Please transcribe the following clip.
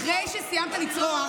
אחרי שסיימת לצרוח,